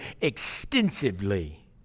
extensively